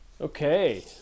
Okay